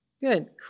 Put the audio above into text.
Good